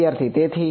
વિદ્યાર્થી તેથી